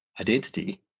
identity